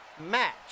match